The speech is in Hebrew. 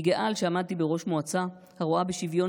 אני גאה על שעמדתי בראש מועצה הרואה בשוויון